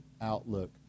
outlook